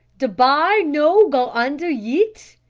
de bar no go under yit?